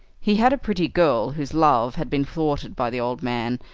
he had a pretty girl, whose love had been thwarted by the old man,